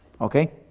okay